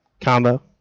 Combo